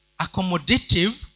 Accommodative